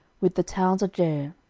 with the towns of jair,